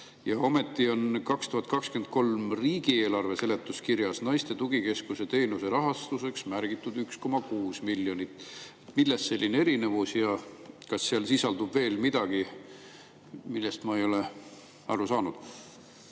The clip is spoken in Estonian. Ometi on 2023 riigieelarve seletuskirjas naiste tugikeskuse teenuse rahastuseks märgitud 1,6 miljonit. Millest selline erinevus? Ja kas seal sisaldub veel midagi, millest ma ei ole aru saanud?